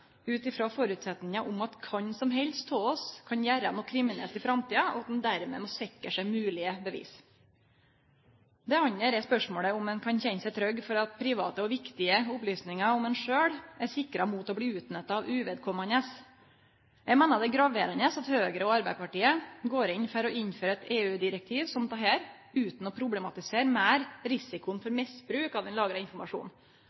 ut frå føresetnaden at kven som helst av oss kan gjere noko kriminelt i framtida, og at ein dermed må sikre seg moglege bevis. Det andre er spørsmålet om ein kan kjenne seg trygg for at private og viktige opplysningar om ein sjølv er sikra mot å bli utnytta av uvedkomande. Eg meiner det er graverande at Høgre og Arbeidarpartiet går inn for å innføre eit EU-direktiv som dette utan å problematisere meir risikoen for